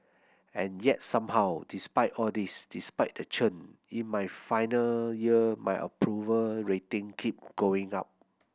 and yet somehow despite all this despite the churn in my final year my approval rating keep going up